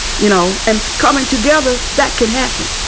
you know? and coming together, that can happen.